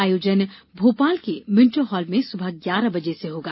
आयोजन भोपाल के Minto hall में सुवह ग्यारह वजे से होगा